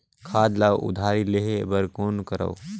खाद ल उधारी लेहे बर कौन करव?